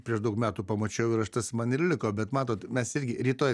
prieš daug metų pamačiau ir aš tas man ir liko bet matot mes irgi rytoj